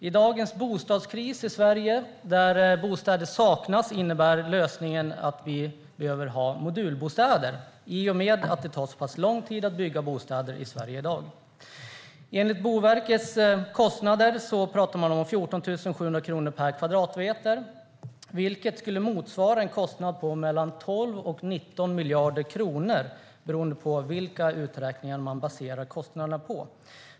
I dagens bostadskris i Sverige, där bostäder saknas, är lösningen modulbostäder i och med att det tar så pass lång tid att bygga bostäder i Sverige i dag. Enligt Boverkets beräkningar talar vi om 14 700 kronor per kvadratmeter, vilket skulle motsvara en kostnad på mellan 12 och 19 miljarder kronor beroende på vilka uträkningar man baserar kostnaderna på.